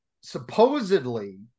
supposedly